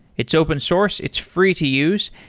it's open source, it's free to use,